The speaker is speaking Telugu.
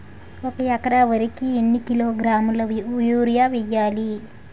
ఒక ఎకర వరి కు ఎన్ని కిలోగ్రాముల యూరియా వెయ్యాలి?